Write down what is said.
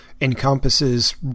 encompasses